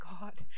God